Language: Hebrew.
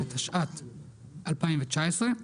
התשע"ט 2019,